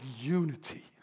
unity